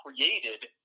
created